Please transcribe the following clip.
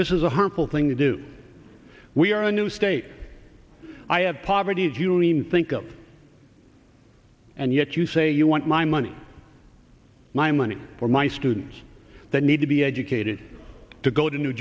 this is a harmful thing to do we are a new state i have poverty's you lean think and yet you say you want my money my money or my students that need to be educated to go to new